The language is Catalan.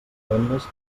vendes